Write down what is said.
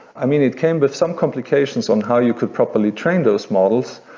i mean, it came with some complications on how you could properly train those models,